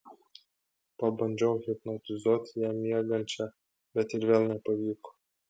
pabandžiau hipnotizuoti ją miegančią bet ir vėl nepavyko